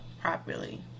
properly